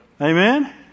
Amen